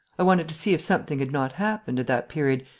i wanted to see if something had not happened, at that period,